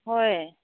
ꯍꯣꯏ